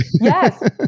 Yes